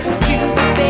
stupid